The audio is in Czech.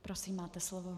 Prosím, máte slovo.